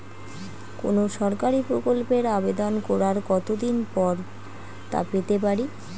কোনো সরকারি প্রকল্পের আবেদন করার কত দিন পর তা পেতে পারি?